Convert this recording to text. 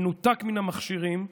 מנותק מן המכשירים,